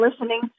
listening